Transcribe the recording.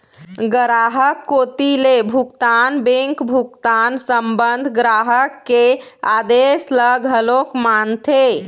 गराहक कोती ले भुगतान बेंक भुगतान संबंध ग्राहक के आदेस ल घलोक मानथे